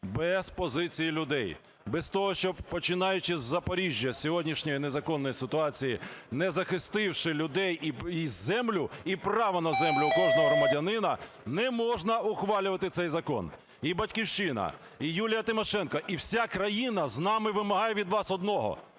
без позиції людей, без того, щоб, починаючи з Запоріжжя, з сьогоднішньої незаконної ситуації, не захистивши людей і землю, і право на землю кожного громадянина, не можна ухвалювати цей закон. І "Батьківщина", і Юлія Тимошенко, і вся країна з нами вимагає від вас одного: